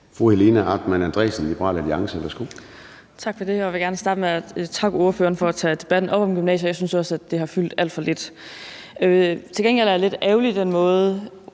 Helena Artmann Andresen (LA): Tak for det. Jeg vil gerne starte med at takke ordføreren for at tage debatten om gymnasiet op. Jeg synes også, det har fyldt alt for lidt. Til gengæld er jeg lidt ærgerlig over den måde,